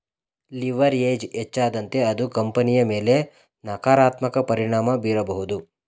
leverage ಹೆಚ್ಚಾದಂತೆ ಅದು ಕಂಪನಿಯ ಮೇಲೆ ನಕಾರಾತ್ಮಕ ಪರಿಣಾಮ ಬೀರಬಹುದು